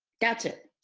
that's it.